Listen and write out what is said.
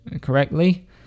correctly